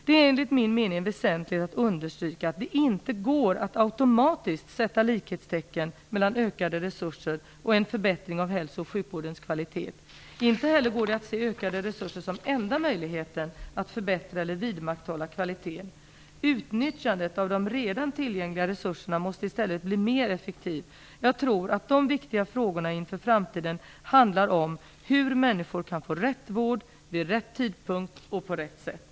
Det är enligt min mening väsentligt att understryka att det inte går att automatiskt sätta likhetstecken mellan ökade resurser och en förbättring av hälso och sjukvårdens kvalitet. Inte heller går det att se ökade resurser som enda möjligheten att förbättra eller vidmakthålla kvalitet. Utnyttjandet av de redan tillgängliga resurserna måste i stället bli mer effektivt. Jag tror att de viktiga frågorna inför framtiden handlar om hur människor kan få rätt vård vid rätt tidpunkt och på rätt sätt.